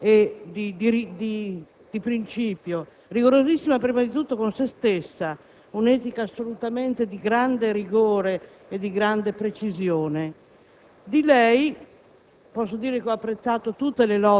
rigorosissima nei rapporti politici e di principio. Rigorosissima prima di tutto con se stessa; un'etica assolutamente di grande rigore e di grande precisione.